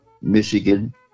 Michigan